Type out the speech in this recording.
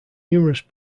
numerous